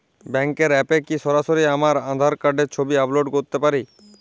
ব্যাংকের অ্যাপ এ কি সরাসরি আমার আঁধার কার্ডের ছবি আপলোড করতে পারি?